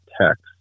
text